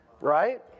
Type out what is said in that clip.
Right